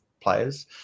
players